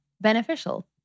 beneficial